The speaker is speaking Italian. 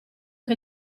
che